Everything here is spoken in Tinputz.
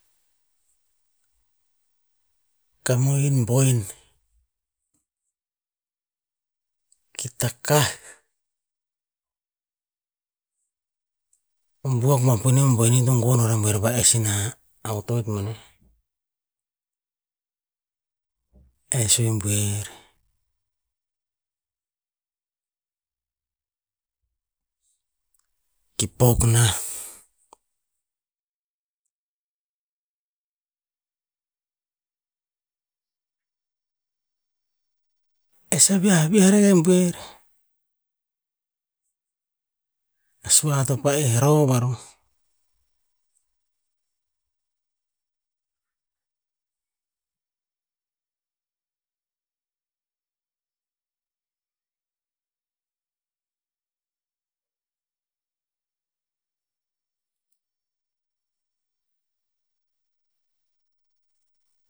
Ka mohin boen ki takah. O buok bo a boen ito gonn o ra oer va ess inah otoet boneh. Essu i buer ki pok na, ess a viaviah rakah i buer, a sura to pa'eh rov aroh.